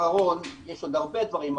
יש עוד הרבה דברים,